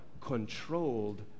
Controlled